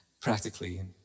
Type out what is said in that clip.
practically